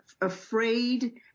afraid